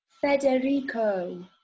Federico